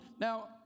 Now